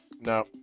No